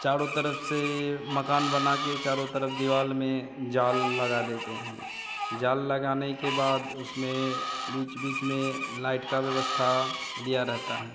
चारों तरफ से मकान बनाकर चारों तरफ दीवार में जाल लगा देते हैं जाल लगाने के बाद उसमें बीच बीच में लाइट की व्यवस्था दिया रहता है